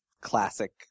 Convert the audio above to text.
classic